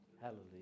Hallelujah